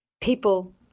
people